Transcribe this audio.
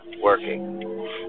working